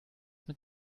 mit